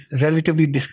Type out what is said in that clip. relatively